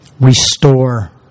restore